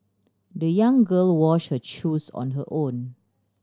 the young girl wash her shoes on her own